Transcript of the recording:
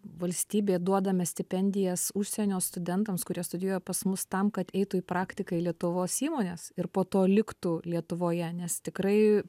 valstybė duodame stipendijas užsienio studentams kurie studijuoja pas mus tam kad eitų į praktiką į lietuvos įmones ir po to liktų lietuvoje nes tikrai